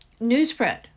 newsprint